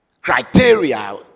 criteria